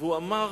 והוא אמר: